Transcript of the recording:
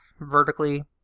vertically